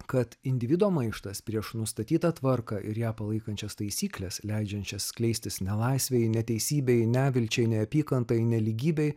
kad individo maištas prieš nustatytą tvarką ir ją palaikančias taisykles leidžiančias skleistis nelaisvei neteisybei nevilčiai neapykantai nelygybei